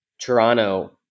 Toronto